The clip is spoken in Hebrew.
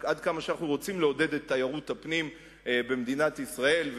כמה שאנחנו רוצים לעודד את תיירות הפנים במדינת ישראל,